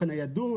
סעיף 57?